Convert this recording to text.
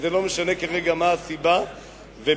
וזה לא משנה כרגע מה הסיבה ובאילו